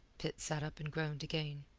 pitt sat up and groaned again.